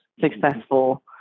successful